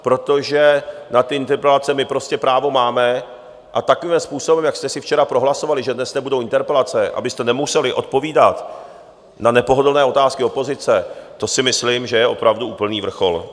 Protože na ty interpelace my prostě právo máme a takovýmhle způsobem, jak jste si včera prohlasovali, že dnes nebudou interpelace, abyste nemuseli odpovídat na nepohodlné otázky opozice, to si myslím, že je opravdu úplný vrchol.